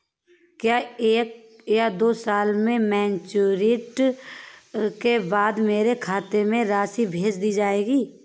क्या एक या दो साल की मैच्योरिटी के बाद मेरे खाते में राशि भेज दी जाएगी?